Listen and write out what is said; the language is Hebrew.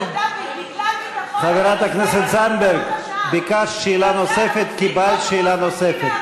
חברת הכנסת זנדברג, את שאלת שאלה.